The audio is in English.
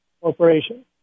Corporation